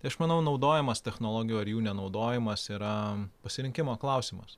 tai aš manau naudojimas technologijų ar jų nenaudojimas yra pasirinkimo klausimas